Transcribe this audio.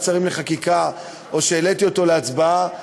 שרים לחקיקה או שהעליתי אותו להצבעה,